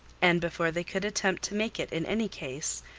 and before they could attempt to make it in any case,